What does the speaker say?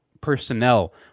personnel